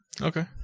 Okay